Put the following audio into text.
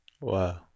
Wow